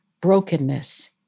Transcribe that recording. brokenness